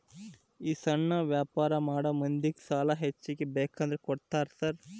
ಈ ಸಣ್ಣ ವ್ಯಾಪಾರ ಮಾಡೋ ಮಂದಿಗೆ ಸಾಲ ಹೆಚ್ಚಿಗಿ ಬೇಕಂದ್ರ ಕೊಡ್ತೇರಾ ಸಾರ್?